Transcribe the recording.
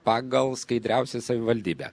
pagal skaidriausią savivaldybę